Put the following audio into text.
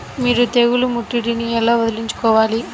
మీరు తెగులు ముట్టడిని ఎలా వదిలించుకోవాలి?